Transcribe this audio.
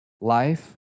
life